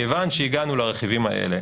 כיוון שהגענו לרכיבים האלה,